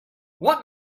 what